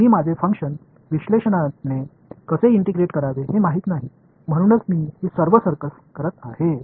எனது ஃபங்ஷன் பகுப்பாய்வு முறையில் எவ்வாறு இன்டிகிறேட் செய்வது என்று எனக்குத் தெரியவில்லை அதனால்தான் இந்த சர்க்கஸ் அனைத்தையும் செய்கிறேன்